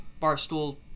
Barstool